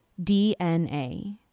DNA